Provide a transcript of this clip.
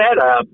setup